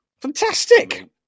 Fantastic